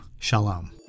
Shalom